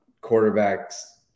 quarterback's